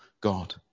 God